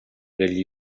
degli